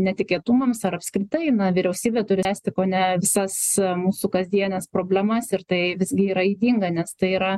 netikėtumams ar apskritai na vyriausybė turi spręsti kone visas mūsų kasdienes problemas ir tai visgi yra ydinga nes tai yra